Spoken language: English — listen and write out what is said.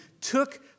took